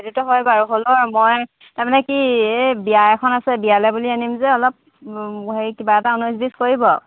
যিটো হয় বাৰু হ'লেও মই তাৰমানে কি এই বিয়া এখন আছে বিয়ালৈ বুলি আনিম যে অলপ হেৰি কিবা এটা ঊনৈছ বিছ কৰিব আৰু